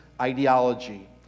ideology